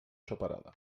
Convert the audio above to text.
separada